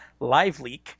LiveLeak